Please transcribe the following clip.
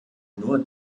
nur